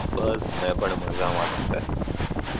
બસ મેં પણ મજામાં છે